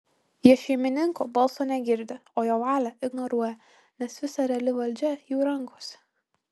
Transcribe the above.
jie šeimininko balso negirdi o jo valią ignoruoja nes visa reali valdžia jų rankose